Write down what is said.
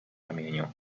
ramieniu